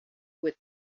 with